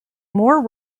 more